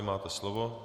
Máte slovo.